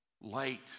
Light